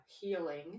healing